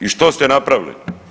I što ste napravili?